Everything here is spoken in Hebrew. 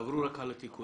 תעברו על התיקונים.